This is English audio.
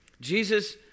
Jesus